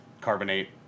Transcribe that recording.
carbonate